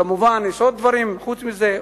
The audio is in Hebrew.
כמובן, יש עוד דברים חוץ מזה,